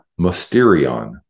mysterion